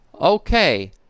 Okay